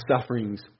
sufferings